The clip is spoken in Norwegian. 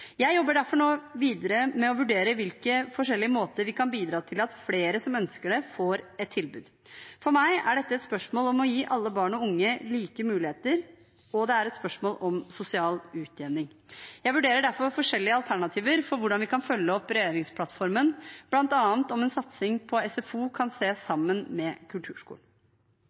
Jeg jobber derfor nå videre med å vurdere hvilke forskjellige måter vi kan bidra til at flere som ønsker det, får et tilbud, på. For meg er dette et spørsmål om å gi alle barn og unge like muligheter, og det er et spørsmål om sosial utjevning. Jeg vurderer derfor forskjellige alternativer for hvordan vi kan følge opp regjeringsplattformen, bl.a. om en satsing på SFO kan ses sammen med kulturskolen.